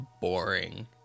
boring